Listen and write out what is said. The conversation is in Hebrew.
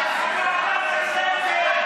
תתביישו.